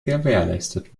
gewährleistet